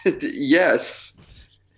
Yes